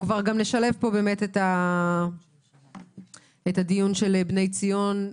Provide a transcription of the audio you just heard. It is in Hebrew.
נשלב את הדיון של בני ציון.